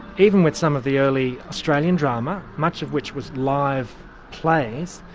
even with some of the early australian drama, much of which was live plays,